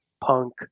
Punk